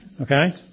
Okay